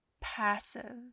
passive